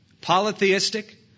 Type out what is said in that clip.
Polytheistic